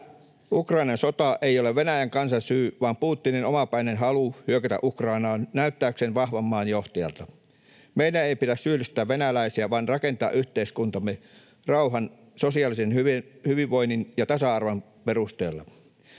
Ukrainan sota ei ole Venäjän kansan syy, vaan syynä on Putinin omapäinen halu hyökätä Ukrainaan näyttääkseen vahvan maan johtajalta. Meidän ei pidä syyllistää venäläisiä vaan rakentaa yhteiskuntaamme rauhan, sosiaalisen hyvinvoinnin ja tasa-arvon perusteella.